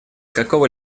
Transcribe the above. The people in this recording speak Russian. какого